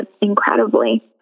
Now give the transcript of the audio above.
incredibly